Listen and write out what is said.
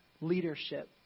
leadership